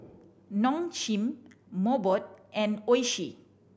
Nong Shim Mobot and Oishi